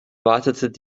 wartet